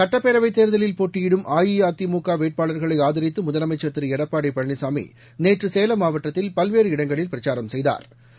சுட்டப்பேரவைதேர்தலில் போட்டியிடும் அ இ அ தி மு க வேட்பாளர்களைஆதரித்துமுதலமைச்சர் திருஎடப்பாடிபழனிசாமிநேற்றுசேலம் மாவட்டத்தில் பல்வேறு இடங்களில் பிரசாரம் செய்தாா்